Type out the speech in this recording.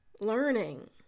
learning